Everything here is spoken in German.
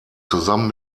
zusammen